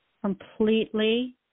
completely